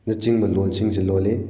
ꯅꯆꯤꯡꯕ ꯂꯣꯟꯁꯤꯡꯁꯦ ꯂꯣꯟꯂꯤ